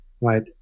right